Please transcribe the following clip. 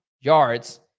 yards